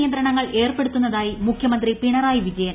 നിയന്ത്രണങ്ങൾ ഏർപ്പെടുത്തുന്ന്തായി മുഖ്യമന്ത്രി പിണറായി വിജയൻ